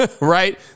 Right